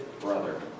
brother